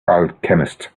alchemist